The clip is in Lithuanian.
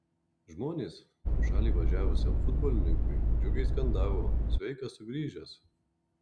žmonės pro šalį važiavusiam futbolininkui džiugiai skandavo sveikas sugrįžęs